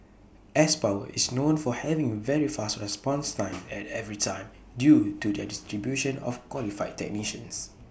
S power is known for having very fast response times at every time due to their distribution of qualified technicians